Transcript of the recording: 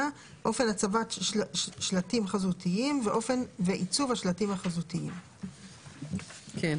אופן הצבת שלטים חזותיים (2.1.4) ועיצוב השלטים החזותיים (2.1.6).